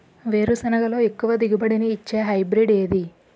వేరుసెనగ లో ఎక్కువ దిగుబడి నీ ఇచ్చే హైబ్రిడ్ ఏది?